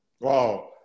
Wow